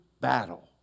battle